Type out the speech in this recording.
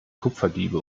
kupferdiebe